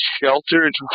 sheltered